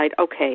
okay